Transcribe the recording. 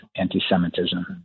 anti-Semitism